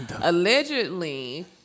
Allegedly